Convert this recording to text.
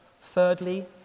Thirdly